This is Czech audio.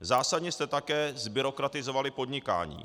Zásadně jste také zbyrokratizovali podnikání.